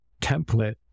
template